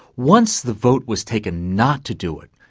once the vote was taken not to do it,